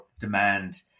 demand